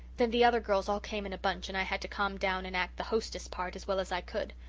then the other girls all came in a bunch and i had to calm down and act the hostess' part as well as i could.